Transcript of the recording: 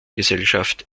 gesellschaft